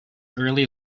early